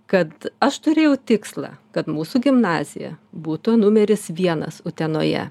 kad aš turėjau tikslą kad mūsų gimnazija būtų numeris vienas utenoje